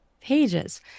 pages